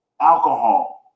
alcohol